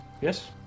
Yes